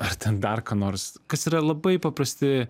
ar ten dar ką nors kas yra labai paprasti